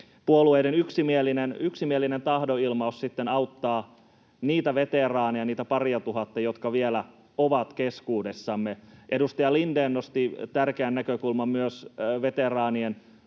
puolueiden yksimielinen tahdonilmaus sitten auttaa niitä veteraaneja, niitä paria tuhatta, jotka vielä ovat keskuudessamme. Edustaja Lindén nosti tärkeän näkökulman myös veteraanien